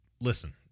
Listen